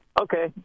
Okay